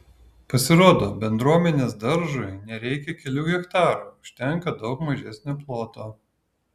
pasirodo bendruomenės daržui nereikia kelių hektarų užtenka daug mažesnio ploto